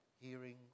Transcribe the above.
hearing